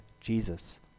Jesus